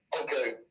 Okay